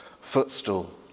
footstool